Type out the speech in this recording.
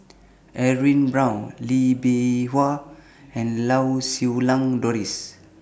Edwin Brown Lee Bee Wah and Lau Siew Lang Doris